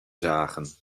zagen